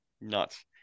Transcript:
nuts